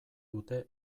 dute